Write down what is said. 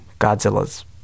Godzilla's